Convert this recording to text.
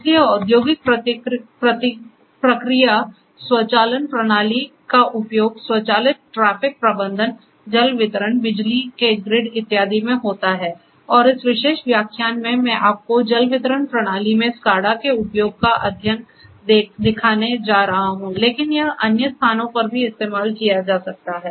इसलिए औद्योगिक प्रक्रिया स्वचालन प्रणाली का उपयोग स्वचालित ट्रैफ़िक प्रबंधन जल वितरण बिजली के ग्रिड इत्यादि में होता है और इस विशेष व्याख्यान में मैं आपको जल वितरण प्रणाली में SCADA के उपयोग का अध्ययन दिखाने जा रहा हूं लेकिन यह अन्य स्थानों पर भी इस्तेमाल किया जा सकता है